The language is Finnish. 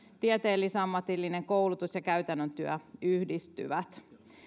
tieteellis ammatillinen koulutus ja käytännön työ yhdistyvät